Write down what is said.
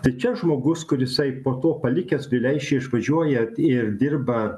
tai čia žmogus kur jisai po to palikęs vileišį išvažiuoja ir dirba